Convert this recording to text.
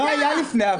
לא היה לפני הוועדה,